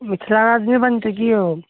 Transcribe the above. मिथिला राज्य नहि बनतै कि यौ